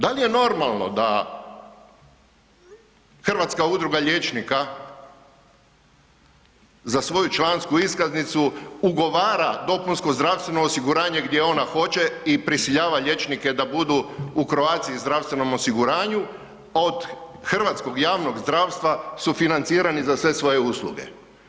Da li je normalno da Hrvatska udruga liječnika za svoju člansku iskaznicu ugovara dopunsko zdravstveno osiguranje gdje ona hoće i prisiljava liječnike da budu u Croatia zdravstvenom osiguranju od hrvatskog javnog zdravstva sufinancirani za sve svoje usluge?